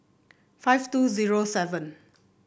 five two zero seven